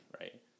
right